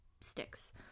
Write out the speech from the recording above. sticks